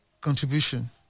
contribution